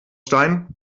stein